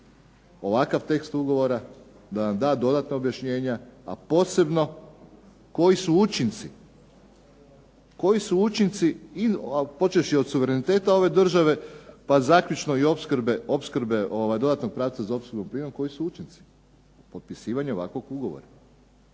ovakav tekst ugovora, da nam da dodatna objašnjenja, a posebno koji su učinci, koji su učinci ali počevši od suvereniteta ove države pa zaključno i opskrbe, dodatnog pravca za opskrbu plinom koji su učesnici potpisivanja ovakvog ugovora.